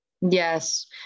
Yes